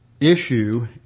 issue